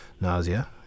nausea